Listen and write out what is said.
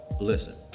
Listen